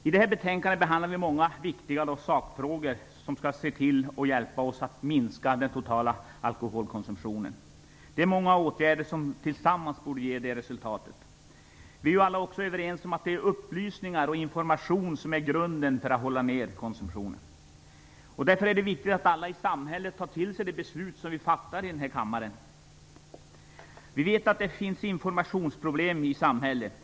I det här betänkandet behandlar vi många viktiga sakfrågor, som skall hjälpa oss att minska den totala alkoholkonsumtionen. Det är många åtgärder som tillsammans borde ge det resultatet. Vi är alla också överens om att det är upplysning och information som är grunden för att hålla konsumtionen nere. Därför är det viktigt att alla i samhället tar till sig de beslut som vi fattar i denna kammare. Vi vet att det finns informationsproblem i samhället.